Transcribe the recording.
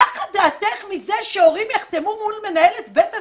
נחה דעתך מזה שהורים יחתמו מול מנהלת בית הספר,